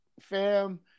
Fam